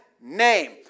name